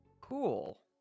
Cool